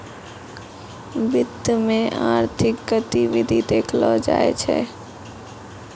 वित्त मे आर्थिक गतिविधि देखलो जाय छै